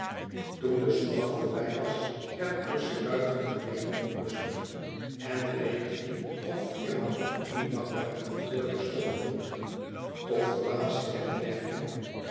toen de zondag voorbij was werd percy buitengemeen onrustig en reed drie of viermaal op een dag naar het kantoor der stoombooten tot verbazing der klerken